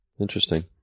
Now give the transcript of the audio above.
Interesting